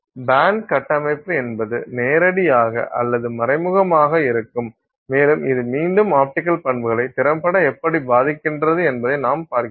pant கட்டமைப்பு என்பது நேரடியாக அல்லது மறைமுகமாக இருக்கும் மேலும் இது மீண்டும் ஆப்டிக்கல் பண்புகளை திறம்பட எப்படி பாதிக்கிறது என்பதை நாம் பார்க்கிறோம்